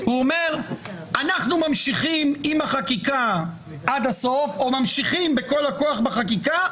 שאנחנו ממשיכים עם החקיקה עד הסוף או ממשיכים בכל הכוח בחקיקה,